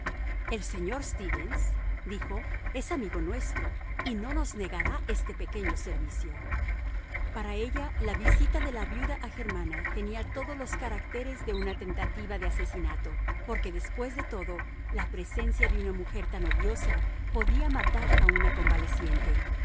el señor stevens dijo es amigo nuestro y no nos negará este pequeño servicio para ella la visita de la viuda a germana tenía todos los caracteres de una tentativa de asesinato porque después de todo la presencia de una mujer tan odiosa podía matar a una convaleciente